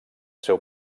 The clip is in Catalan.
seu